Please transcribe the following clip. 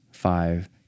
five